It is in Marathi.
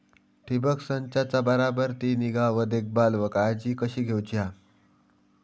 ठिबक संचाचा बराबर ती निगा व देखभाल व काळजी कशी घेऊची हा?